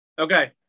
Okay